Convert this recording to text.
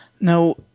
Now